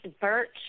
BIRCH